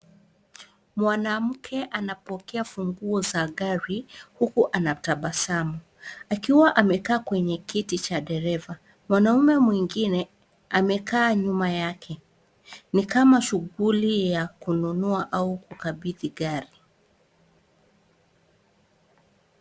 Mwanamke anapokea funguo za gari, huku anatabasamu akiwa amekaa kwenye kiti cha dereva. Mwanaume mwingine amekaa nyuma yake, ni kama shughuli ya kununua au kukabidhi gari.